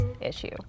issue